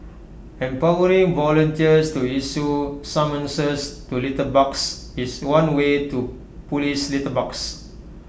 empowering volunteers to issue summonses to litterbugs is one way to Police litterbugs